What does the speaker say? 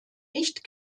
nicht